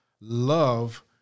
love